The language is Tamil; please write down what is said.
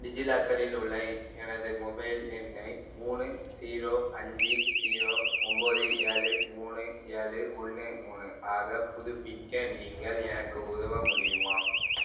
டிஜிலாக்கரில் உள்ள எனது மொபைல் எண்ணை மூணு ஜீரோ அஞ்சி ஜீரோ ஒம்பது ஏலு மூணு ஏழு ஒன்று மூணு ஆக புதுப்பிக்க நீங்கள் எனக்கு உதவ முடியுமா